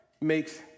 makes